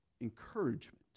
encouragement